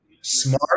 smart